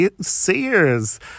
Sears